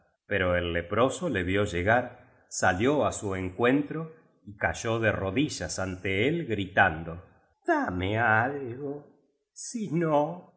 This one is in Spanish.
pero el leproso le vió llegar salió á su encuentro y cayó de rodillas ante él gritando dame algo si no